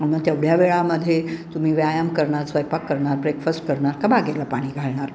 मग तेवढ्या वेळामध्ये तुम्ही व्यायाम करणार स्वयपाक करणार ब्रेकफास्ट करणार का बागेला पाणी घालणार